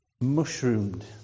mushroomed